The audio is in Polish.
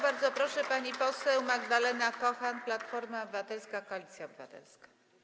Bardzo proszę, pani poseł Magdalena Kochan, Platforma Obywatelska - Koalicja Obywatelska.